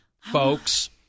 folks